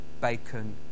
bacon